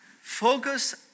focus